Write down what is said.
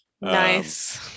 Nice